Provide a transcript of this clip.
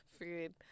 food